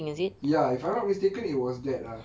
ya if I'm not mistaken it was that ah